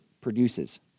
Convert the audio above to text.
produces